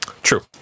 True